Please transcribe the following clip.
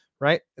right